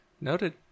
Noted